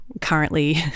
currently